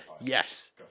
Yes